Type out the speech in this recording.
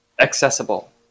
accessible